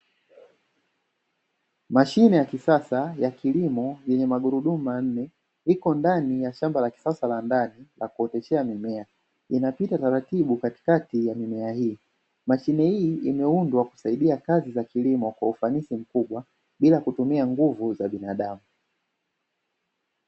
Mashine ya kisasa ya kilimo yenye magurudumu manne iko ndani ya shamba la kisasa la ndani la kuoteshea mimea, inapita taratibu katikati ya mimea hii. Mashine hii imeundwa kusaidia kazi za kilimo kwa ufanisi mkubwa bila kutumia nguvu za binadamu.